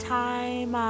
time